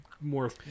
more